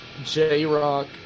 J-rock